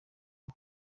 uno